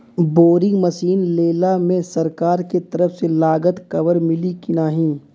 Boring machine लेला मे सरकार के तरफ से लागत कवर मिली की नाही?